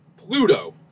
Pluto